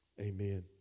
Amen